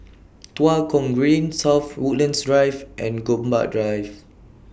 Tua Kong Green South Woodlands Drive and Gombak Drive